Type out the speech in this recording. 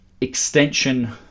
extension